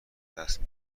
دست